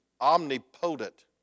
omnipotent